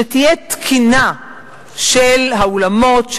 שתהיה תקינה של האולמות,